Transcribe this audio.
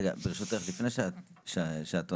רגע, ברשותך, לפני שאת עונה.